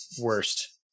worst